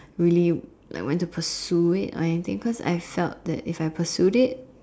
really like want to pursue it or anything cause I felt that if I pursued it